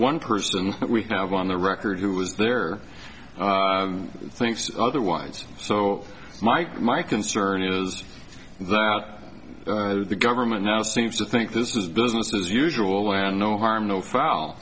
one person we have on the record who was there thinks otherwise so mike my concern is that the government now seems to think this is business as usual and no harm no foul